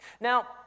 Now